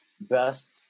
best